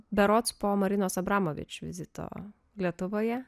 berods po marinos abramovičių vizito lietuvoje